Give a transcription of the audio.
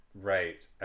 Right